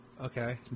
Okay